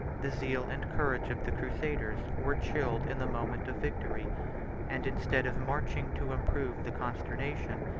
the zeal and courage of the crusaders were chilled in the moment of victory and instead of marching to improve the consternation,